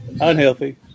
unhealthy